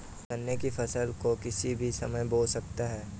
क्या गन्ने की फसल को किसी भी समय बो सकते हैं?